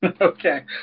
Okay